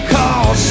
Cause